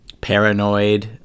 paranoid